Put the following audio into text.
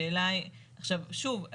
שוב,